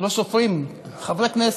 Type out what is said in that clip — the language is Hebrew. לא סופרים חברי כנסת.